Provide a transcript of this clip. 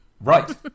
Right